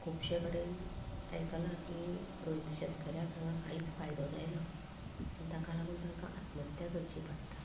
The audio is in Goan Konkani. खूबश्यां कडेन आयकलां की रोय शेतकऱ्यांक हांगा कांयच फायदो जायना आनी ताका लागून तांकां आत्महत्या करची पडटा